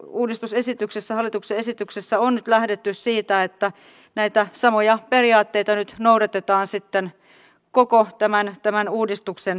tässä hallituksen eläkeuudistusesityksessä on nyt lähdetty siitä että näitä samoja periaatteita nyt noudatetaan sitten koko tämän uudistuksen läpi